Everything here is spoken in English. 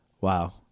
Wow